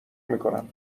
میکنم